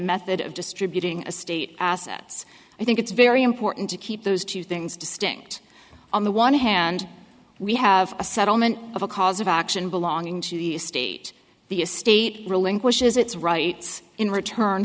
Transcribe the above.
method of distributing a state assets i think it's very important to keep those two things distinct on the one hand we have a settlement of a cause of action belonging to the state the estate relinquishes its rights in return